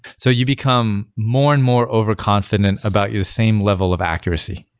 so you become more and more overconfident about your same level of accuracy,